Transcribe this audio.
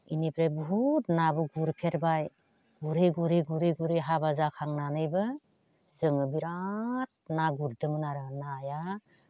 बेनिफ्राय बहुद नाबो गुरफेरबाय गुरै गुरै गुरै हाबा जाखांनानैबो जोङो बिराद ना गुरदोंमोन आरो नाया